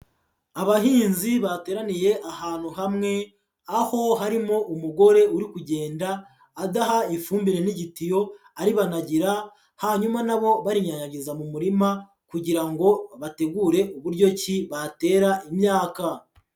Abahinzi bateraniye ahantu hamwe aho harimo umugore uri kugenda adaha ifumbire n'igitiyo, aribanagira hanyuma na bo barinyanyagiza mu murima kugira ngo bategure buryo ki batera imyaka.